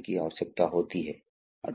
की आवश्यकता होती है आपको कभी कभी अलग लाइनों का उपयोग करना पड़ता है और इन पंक्तियों को पायलट लाइन कहा जाता है